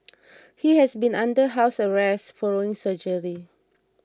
he had been under house arrest following surgery